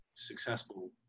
successful